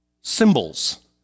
symbols